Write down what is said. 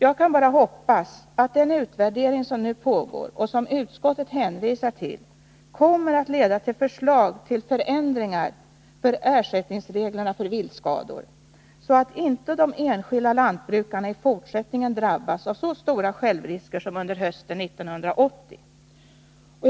Jag kan bara hoppas att den utvärdering som nu pågår och som utskottet hänvisar till kommer att leda till förslag till förändringar av ersättningsreglerna för viltskador, så att inte de enskilda lantbrukarna i fortsättningen drabbas av så stora självrisker som under hösten 1980.